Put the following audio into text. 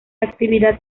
actividad